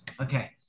Okay